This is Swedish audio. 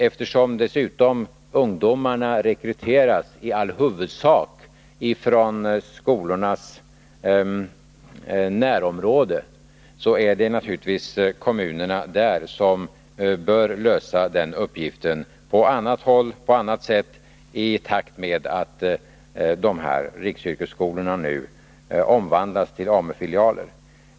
Eftersom dessutom ungdomarna i all huvudsak rekryteras från skolornas närområden, är det naturligtvis kommunerna där som bör lösa uppgiften på annat sätt i takt med att de här riksyrkesskolorna nu omvandlas till AMU-filialer.